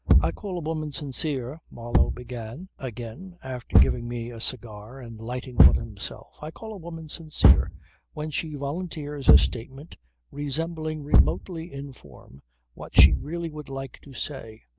i call a woman sincere, marlow began again after giving me a cigar and lighting one himself, i call a woman sincere when she volunteers a statement resembling remotely in form what she really would like to say,